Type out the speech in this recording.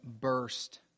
burst